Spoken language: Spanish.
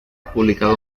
publicado